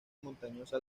montañosa